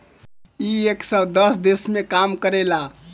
इ एक सौ दस देश मे काम करेला